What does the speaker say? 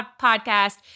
podcast